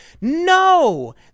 No